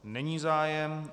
Není zájem.